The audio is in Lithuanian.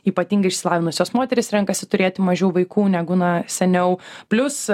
ypatingai išsilavinusios moterys renkasi turėti mažiau vaikų negu na seniau plius